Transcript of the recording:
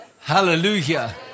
Hallelujah